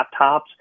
laptops